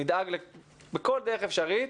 נדאג בכל דרך אפשרית,